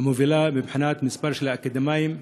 המובילה מבחינת מספר האקדמאים,